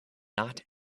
not